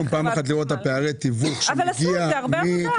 לראות את פערי התיווך --- אבל עשו על זה הרבה עבודה.